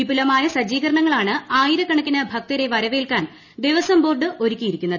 വിപുലമ്മായ സജ്ജീകരണങ്ങളാണ് തൊഴൽ ആയിരക്കണക്കിന് ഭക്തരെ്പൂർവേൽക്കാൻ ദേവസ്വം ബോർഡ് ഒരുക്കിയിരിക്കുന്നത്